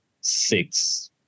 six